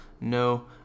No